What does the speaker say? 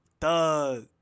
Thug